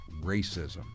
Racism